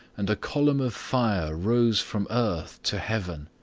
and a column of fire rose from earth to heaven.